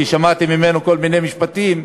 כי שמעתי ממנו כל מיני משפטים.